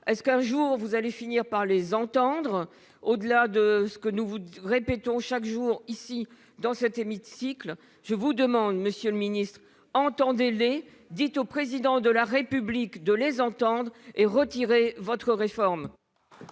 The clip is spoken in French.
cette réforme. Allez-vous finir par les entendre, au-delà de ce que nous vous répétons chaque jour dans cet hémicycle ? Je vous le demande, monsieur le ministre : entendez-les ! Dites au Président de la République de les entendre et retirez votre réforme